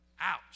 Ouch